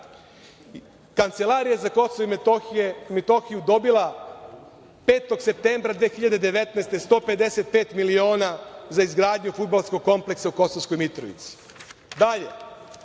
Kancelarija za Kosovo i Metohiju je dobila 5. septembra 2019. godine 155 miliona za izgradnju fudbalskog kompleksa u Kosovskoj Mitrovici,